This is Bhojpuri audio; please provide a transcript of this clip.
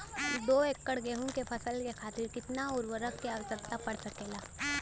दो एकड़ गेहूँ के फसल के खातीर कितना उर्वरक क आवश्यकता पड़ सकेल?